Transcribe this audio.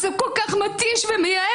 זה כל כך מתיש ומייאש.